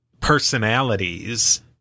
personalities